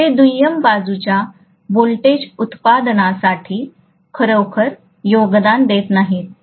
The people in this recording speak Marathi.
ते दुय्यम बाजूच्या व्होल्टेज उत्पादनासाठी खरोखर योगदान देत नाहीत